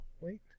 wait